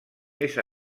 més